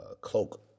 cloak